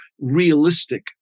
realistic